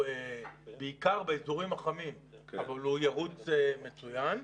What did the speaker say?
בעיקר באזורים החמים אבל הם ירוצו מצוין.